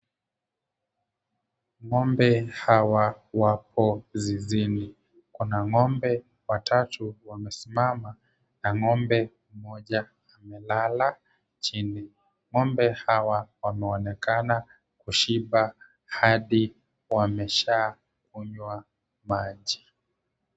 Ng'ombe hawa wapo zizini, Kuna ng'ombe watatu wamesimama na ng'ombe mmoja amelala chini. Ng'ombe hawa wanaonekana kushiba hadi wameshakunywa maji.